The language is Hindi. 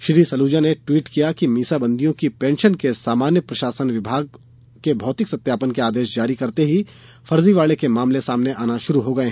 श्री सलूजा ने ट्वीट किया कि मीसाबंदियो की पेंशन के सामान्य प्रशासन विभाग के भौतिक सत्यापन के आदेश जारी करते ही फ़र्ज़ीवाडे के मामले सामने आना शुरू हो गये